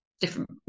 different